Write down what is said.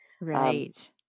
Right